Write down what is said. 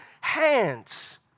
hands